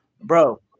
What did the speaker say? bro